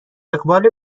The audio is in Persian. اقبال